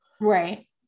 Right